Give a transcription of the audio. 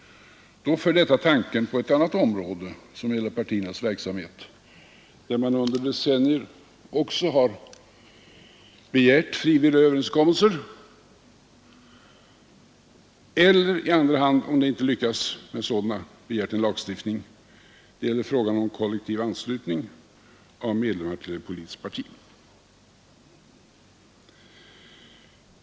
Detta för tanken på ett annat område som gäller partiernas verksamhet, där man under decennier också har begärt frivilliga överenskommelser eller, om man inte lyckats med sådana, i andra hand begärt en lagstiftning. Det gäller frågan om kollektiv anslutning av medlemmar till ett politiskt parti.